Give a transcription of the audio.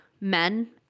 men